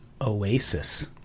Oasis